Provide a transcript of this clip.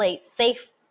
safe